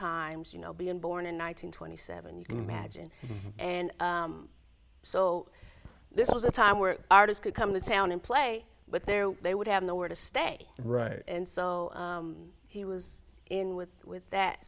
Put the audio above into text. times you know being born in one thousand twenty seven you can imagine and so this was a time where artist could come to town and play but there they would have nowhere to stay right and so he was in with with that